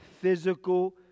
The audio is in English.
physical